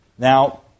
Now